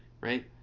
right